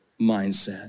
mindset